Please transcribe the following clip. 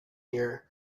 here